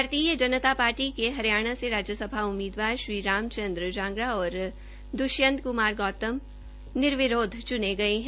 भारतीय जनता पार्टी के हरियाणा से राज्यसभा उम्मीदवार श्री राम चन्द्र जांगड़ा और दृष्यंत कुमार गौतम निर्विरोध चुने गये है